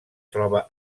troba